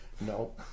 No